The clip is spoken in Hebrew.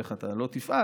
איך אתה לא תפעל,